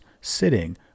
sitting